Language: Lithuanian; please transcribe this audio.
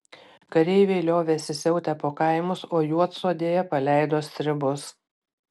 kareiviai liovėsi siautę po kaimus o juodsodėje paleido stribus